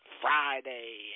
Friday